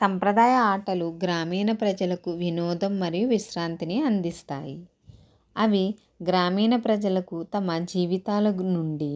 సాంప్రదాయ ఆటలు గ్రామీణ ప్రజలకు వినోదం మరియు విశ్రాంతిని అందిస్తాయి అవి గ్రామీణ ప్రజలకు తమ జీవితాల నుండి